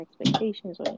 expectations